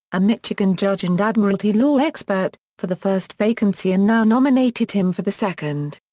a michigan judge and admiralty law expert, for the first vacancy and now nominated him for the second.